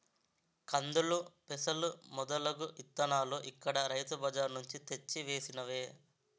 కందులు, పెసలు మొదలగు ఇత్తనాలు ఇక్కడ రైతు బజార్ నుంచి తెచ్చి వేసినవే